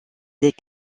des